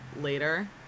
later